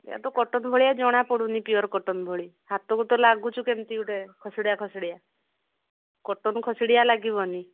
ସେଇୟା ତ କଟନ୍ ଭଳିଆ ଜଣାପଡ଼ୁନି ପିଓର କଟନ୍ ଭଳି ହାତକୁ ତ ଲାଗୁଛି କେମିତି ଗୋଟେ ଖସଡ଼ିଆ ଖସଡ଼ିଆ କଟନ୍ ଖସଡ଼ିଆ ଲାଗିବନି